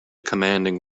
commanding